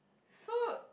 so